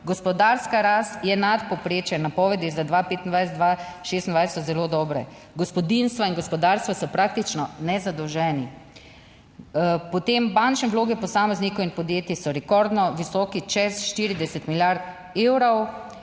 Gospodarska rast je nad povprečje, napovedi za 2025-2026 so zelo dobre, gospodinjstva in gospodarstvo so praktično nezadolženi. Potem bančne vloge posameznikov in podjetij so rekordno visoki, čez 40 milijard evrov.